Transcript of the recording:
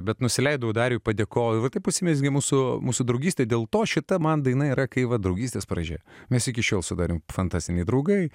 bet nusileidau dariui padėkoju va taip užsimezgė mūsų mūsų draugystė dėl to šita man daina yra kai vat draugystės pradžia mes iki šiol sudarėme fantastinį draugai